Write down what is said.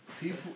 People